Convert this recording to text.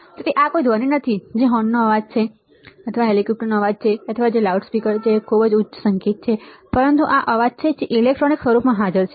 તેથી આ કોઈ ધ્વનિ નથી જે હોર્નનો અવાજ છે અથવા જે હેલિકોપ્ટરનો અવાજ છે અથવા જે અથવા જે કોઈ લાઉડસ્પીકર છે અથવા ખૂબ ઉચ્ચ સંગીત છે પરંતુ આ અવાજ છે જે ઇલેક્ટ્રોનિક સ્વરૂપમાં હાજર છે